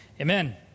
Amen